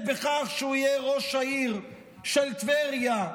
בכך שהוא יהיה ראש העיר של טבריה,